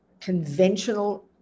conventional